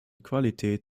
qualität